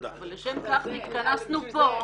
אבל לשם כך התכנסנו פה.